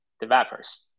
Developers